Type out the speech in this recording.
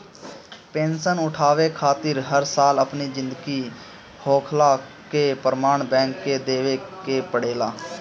pension उठावे खातिर हर साल अपनी जिंदा होखला कअ प्रमाण बैंक के देवे के पड़ेला